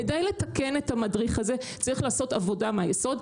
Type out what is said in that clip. כדי לתקן את המדריך הזה צריך לעשות עבודה מהיסוד.